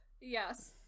Yes